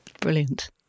Brilliant